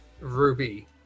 Ruby